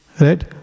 Right